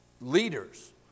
leaders